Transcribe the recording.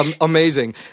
Amazing